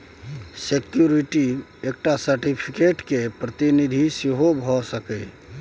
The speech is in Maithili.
सिक्युरिटी एकटा सर्टिफिकेट केर प्रतिनिधि सेहो भ सकैए